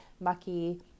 mucky